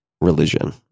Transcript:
religion